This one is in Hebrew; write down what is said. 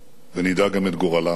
גם את גורלם.